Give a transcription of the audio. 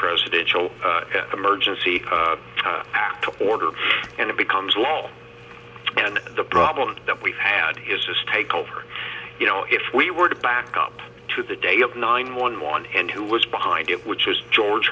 presidential emergency order and it becomes law and the problem that we've had is this takeover you know if we were to back up to the day of nine one one and who was behind it which is george